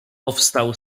powstał